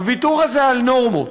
הוויתור הזה על נורמות,